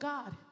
God